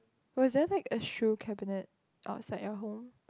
was there like a shoe cabinet outside your home